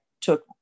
took